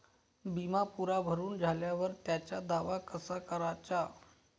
बिमा पुरा भरून झाल्यावर त्याचा दावा कसा कराचा?